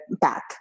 path